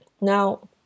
Now